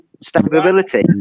stability